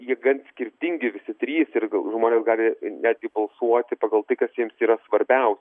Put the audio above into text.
jie gan skirtingi visi trys ir gal žmonės gali netgi balsuoti pagal tai kas jiems yra svarbiau